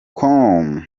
com